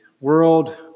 world